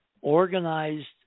organized